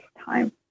time